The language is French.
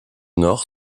nord